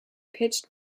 pitched